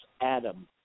Adam